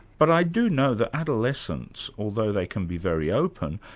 but i do know that adolescents, although they can be very open,